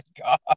God